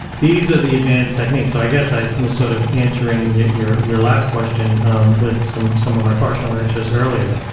these are the advanced techniques. so i guess i was sort of answering your your last question um with some some of my partial answers earlier.